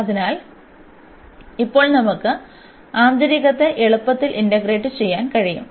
അതിനാൽ ഇപ്പോൾ നമുക്ക് ആന്തരികത്തെ എളുപ്പത്തിൽ ഇന്റഗ്രേറ്റ് ചെയ്യാൻ കഴിയും